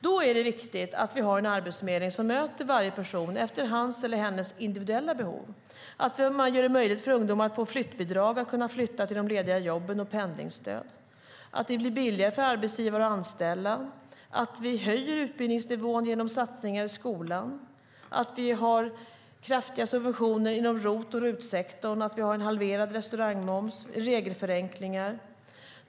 Då är det viktigt att vi har en arbetsförmedling som möter varje person efter hans eller hennes individuella behov, att man gör det möjligt för ungdomar att få flyttbidrag för att kunna flytta till de lediga jobben eller pendlingsstöd, att det blir billigare för arbetsgivare att anställa, att vi höjer utbildningsnivån genom satsningar i skolan, att vi har kraftiga subventioner inom ROT och RUT-sektorn, att vi har en halverad restaurangmoms och regelförenklingar.